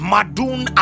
Madun